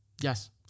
Yes